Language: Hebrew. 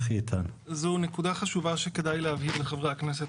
זו נקודה חשובה שכדאי להבהיר לחברי הכנסת,